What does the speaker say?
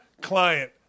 client